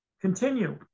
continue